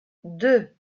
deux